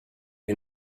you